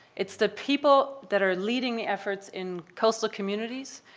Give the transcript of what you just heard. it's the people that are leading the efforts in coastal communities.